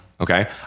Okay